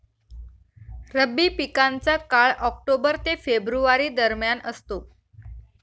रब्बी पिकांचा काळ ऑक्टोबर ते फेब्रुवारी दरम्यान असतो